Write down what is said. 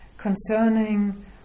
Concerning